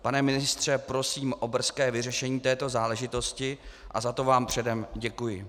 Pane ministře prosím o brzké vyřešení této záležitosti a za to vám předem děkuji.